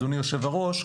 אדוני יושב הראש,